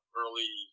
early